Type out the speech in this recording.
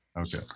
Okay